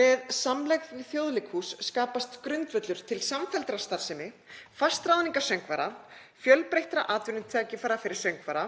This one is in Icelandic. „Með samlegð við Þjóðleikhús skapast grundvöllur til samfelldrar starfsemi, fastráðninga söngvara, fjölbreyttra atvinnutækifæra fyrir söngvara